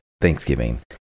Thanksgiving